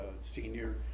senior